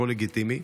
הכול לגיטימי.